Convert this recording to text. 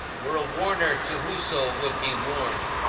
were a warner to whoso would be warned.